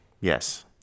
Yes